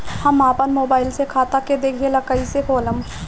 हम आपन मोबाइल से खाता के देखेला कइसे खोलम?